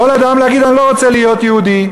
יכול אדם להגיד: אני לא רוצה להיות יהודי,